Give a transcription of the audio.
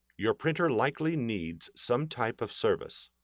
your printer likely needs some type of service.